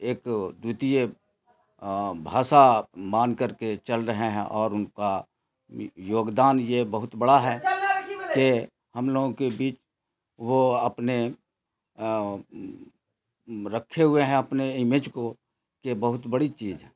ایک دوئیتیے بھاشا مان کر کے چل رہے ہیں اور ان کا یوگدان یہ بہت بڑا ہے کہ ہم لوگوں کے بیچ وہ اپنے رکھے ہوئے ہیں اپنے ایمج کو کہ بہت بڑی چیز ہے